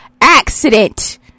accident